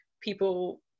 people